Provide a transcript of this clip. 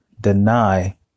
deny